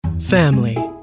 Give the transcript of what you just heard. Family